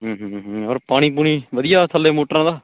ਹੂੰ ਹੂੰ ਹੂੰ ਹੂੰ ਔਰ ਪਾਣੀ ਪੂਣੀ ਵਧੀਆ ਥੱਲੇ ਮੋਟਰਾਂ ਦਾ